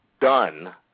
done